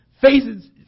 faces